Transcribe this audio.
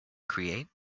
create